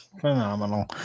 Phenomenal